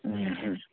ಹ್ಞೂ ಹ್ಞೂ